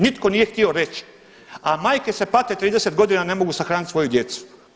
Nitko nije htio reći, a majke se pate 30 godina ne mogu sahraniti svoju djecu.